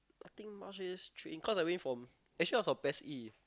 think mask raiders training cause I went from actually I was from P_E_S E